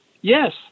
Yes